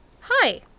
Hi